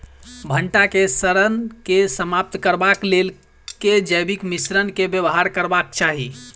भंटा केँ सड़न केँ समाप्त करबाक लेल केँ जैविक मिश्रण केँ व्यवहार करबाक चाहि?